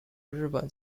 日本